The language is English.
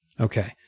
Okay